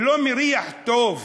ולא מריח טוב,